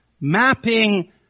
mapping